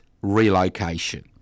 relocation